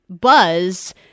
buzz